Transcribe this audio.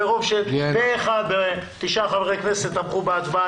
פה אחד, תשעה חברי כנסת תמכו בהצעת החוק.